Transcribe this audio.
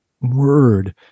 word